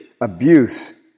abuse